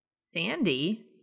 Sandy